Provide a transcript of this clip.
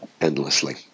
endlessly